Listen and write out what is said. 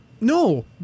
No